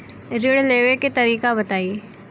ऋण लेवे के तरीका बताई?